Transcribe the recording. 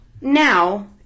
now